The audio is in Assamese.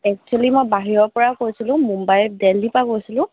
একচুয়েলি মই বাহিৰৰ পৰা কৈছিলোঁ মুম্বাই দিল্লীৰ পৰা কৈছিলোঁ